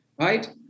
right